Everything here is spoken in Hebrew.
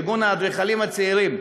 מארגון האדריכלים הצעירים,